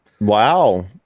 Wow